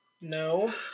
No